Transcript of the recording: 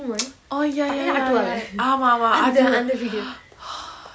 oh ya ya ya ya ah !wah! !wah!